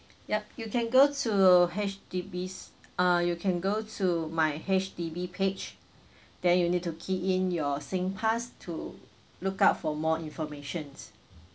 yup you can go to H_D_B's uh you can go to my H_D_B page then you need to key in your SINGPASS to look out for more informations